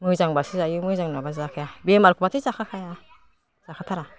मोजांबासो जायो मोजां नङाबा जाखाया बेमारखौबाथाय जाखाखाया जाखाथारा